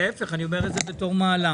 להפך, אני אומר את זה בתור מעלה.